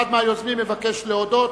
אחד מהיוזמים מבקש להודות.